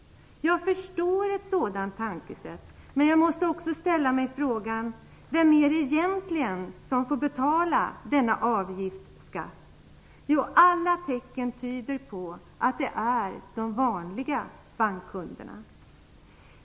Jag har förståelse för ett sådant tankesätt, men jag måste ändå ställa mig frågan: Vem är det som egentligen får betala denna avgift eller skatt? Jo, alla tecken tyder på att det är de vanliga bankkunderna.